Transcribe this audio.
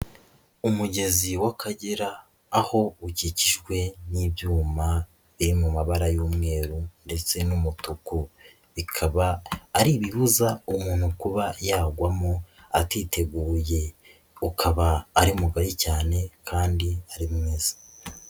Umugezi w'Akagera aho ukikijwe n'ibyuma biri mu mabara y'umweru ndetse n'umutuku, bikaba ari ibibuza umuntu kuba yagwamo atiteguye, ukaba ari mugaye cyane kandi ari mwiza.